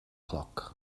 cloc